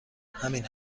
همین